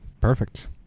perfect